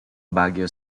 baguio